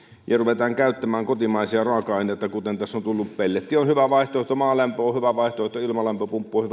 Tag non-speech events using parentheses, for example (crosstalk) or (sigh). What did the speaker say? ja ruvetaan käyttämään kotimaisia raaka aineita kuten tässä on tullut pelletti on hyvä vaihtoehto maalämpö on hyvä vaihtoehto ilmalämpöpumppu on (unintelligible)